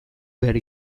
behar